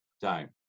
time